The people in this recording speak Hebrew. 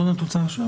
את רוצה להשיב?